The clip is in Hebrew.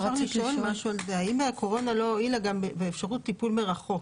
האם הקורונה לא הועילה באפשרות טיפול מרחוק?